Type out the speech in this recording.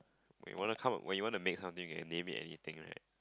when you wanna come up when you wanna make something and name it anything right